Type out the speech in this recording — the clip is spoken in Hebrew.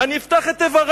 אני אפתח את איברי,